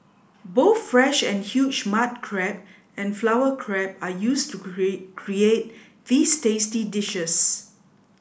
both fresh and huge mud crab and flower crab are used to create these tasty dishes